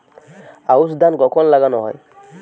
আউশ ধান কখন লাগানো হয়?